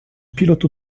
pilote